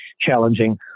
challenging